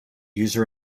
user